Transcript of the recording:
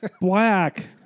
Black